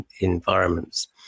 environments